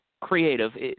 creative –